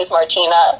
Martina